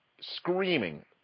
screaming